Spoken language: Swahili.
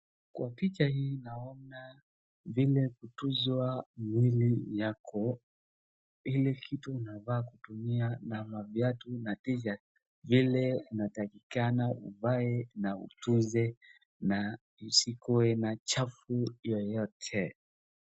Kwa picha hii naona vile kutunzwa mwili yako Ile kitu unafaa kutumia na maviatu na t-shirt Ile inatakikana uvae na utunze na isikuwe na chafu yeyote.